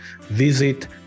visit